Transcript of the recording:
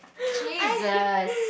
Jesus